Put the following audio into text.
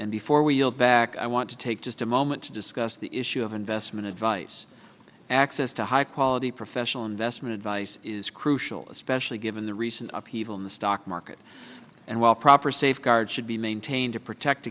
and before we yield back i want to take just a moment to discuss the issue of investment advice access to high quality professional investment advice is crucial especially given the recent upheaval in the stock market and while proper safeguards should be maintained to protect